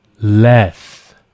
less